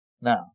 Now